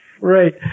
Right